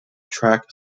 track